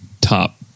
top